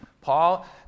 Paul